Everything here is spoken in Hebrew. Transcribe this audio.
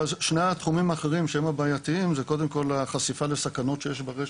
ושני התחומים האחרים שהם הבעייתיים זה קודם כל החשיפה לסכנות שיש ברשת,